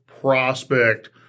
prospect